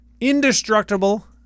Indestructible